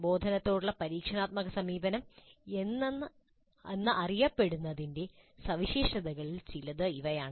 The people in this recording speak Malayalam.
പ്രബോധനത്തോടുള്ള പരീക്ഷണാത്മക സമീപനം എന്നറിയപ്പെടുന്നതിന്റെ സവിശേഷതകളിൽ ചിലത് ഇവയാണ്